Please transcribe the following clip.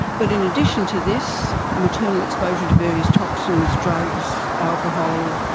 but in addition to this, maternal exposure to various toxins, drugs, alcohol,